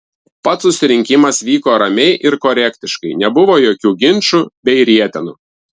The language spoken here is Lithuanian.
pats susirinkimas vyko ramiai ir korektiškai nebuvo jokių ginčų bei rietenų